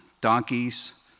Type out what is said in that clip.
donkeys